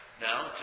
now